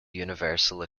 universal